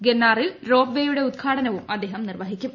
ഗിർനാറിൽ റോപ്വേയുടെ ഉദ്ഘാടനവും അദ്ദേഹം നിർവ്വഹിക്കും